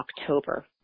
October